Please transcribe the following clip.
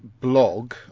blog